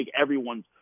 everyone's